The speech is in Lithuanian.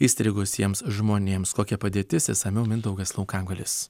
įstrigusiems žmonėms kokia padėtis išsamiau mindaugas laukagalis